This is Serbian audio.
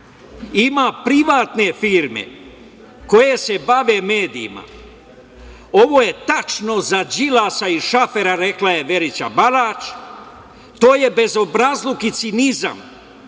ima privatne firme koje se bave medijima, ovo je tačno za Đilasa i Šafera, rekla je Verica Barać, to je bezobrazluk i cinizam,